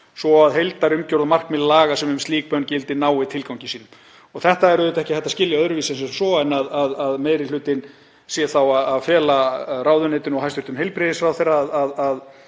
svo heildarumgjörð og markmið laga sem um slík bönn gildi nái tilgangi sínum. Þetta er auðvitað ekki hægt að skilja öðruvísi en svo en að meiri hlutinn sé þá að fela ráðuneytinu og hæstv. heilbrigðisráðherra að